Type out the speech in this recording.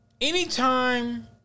Anytime